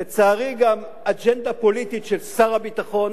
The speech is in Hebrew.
לצערי גם אג'נדה פוליטית של שר הביטחון,